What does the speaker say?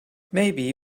maybe